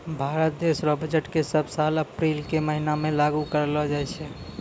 भारत देश रो बजट के सब साल अप्रील के महीना मे लागू करलो जाय छै